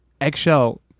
eggshell